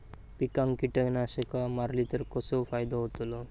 पिकांक कीटकनाशका मारली तर कसो फायदो होतलो?